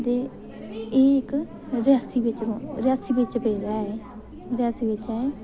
ते एह् इक रियासी बिच रियासी बिच पौंदा ऐ एह् रियासी बिच ऐ एह्